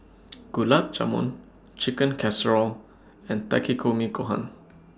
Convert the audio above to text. Gulab Jamun Chicken Casserole and Takikomi Gohan